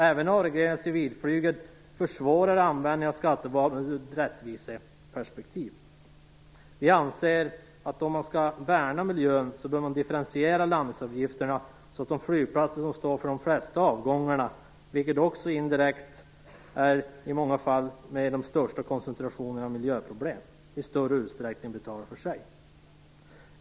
Även avregleringen av civilflyget försvårar användningen av skattevapnet från ett rättviseperspektiv. Vi anser att om man skall värna miljön bör man differentiera landningsavgifterna så att de flygplatser som står för de flesta avgångarna, vilka också i många fall är de med de största koncentrationerna av miljöproblem, i större utsträckning betalar för sig.